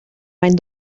mijn